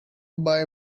buy